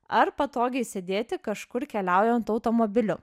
ar patogiai sėdėti kažkur keliaujant automobiliu